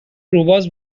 روباز